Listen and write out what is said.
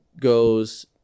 goes